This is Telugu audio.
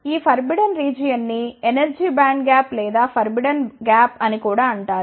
ఈ ఫర్బిడన్ రీజియన్ని ఎనర్జీ బ్యాండ్ గ్యాప్ లేదా ఫర్బిడన్ గ్యాప్ అని కూడా అంటారు